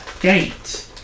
gate